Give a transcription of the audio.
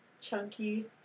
chunky